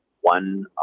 one